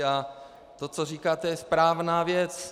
A to, co říkáte, je správná věc.